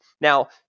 Now